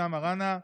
אבתיסאם מראענה,